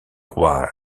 roi